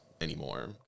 anymore